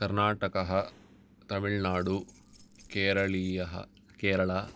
कर्णाटकः तमिल्नाडु केरलीयः केरला